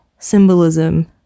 symbolism